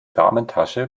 damentasche